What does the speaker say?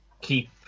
keep